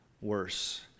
worse